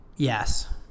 Yes